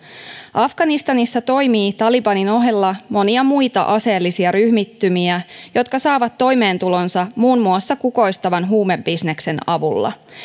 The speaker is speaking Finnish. afganistanissa toimii talibanin ohella monia muita aseellisia ryhmittymiä jotka saavat toimeentulonsa muun muassa kukoistavan huumebisneksen avulla